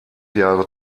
jahre